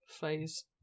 phase